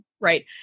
right